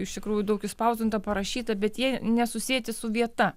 iš tikrųjų daug išspausdinta parašyta bet jie nesusieti su vieta